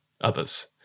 others